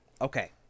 Okay